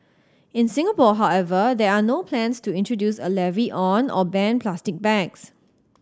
in Singapore however there are no plans to introduce a levy on or ban plastic bags